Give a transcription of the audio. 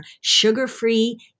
sugar-free